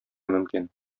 мөмкин